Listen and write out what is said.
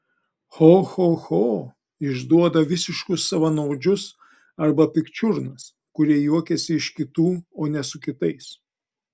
cho cho cho išduoda visiškus savanaudžius arba pikčiurnas kurie juokiasi iš kitų o ne su kitais